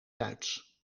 duits